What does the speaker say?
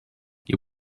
you